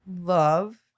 love